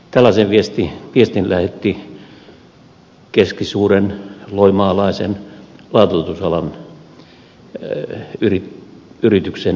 tällaisen viestin lähetti keskisuuren loimaalaisen laatoitusalan yrityksen johtaja